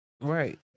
Right